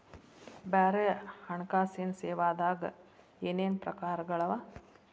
ಬ್ಯಾರೆ ಹಣ್ಕಾಸಿನ್ ಸೇವಾದಾಗ ಏನೇನ್ ಪ್ರಕಾರ್ಗಳವ?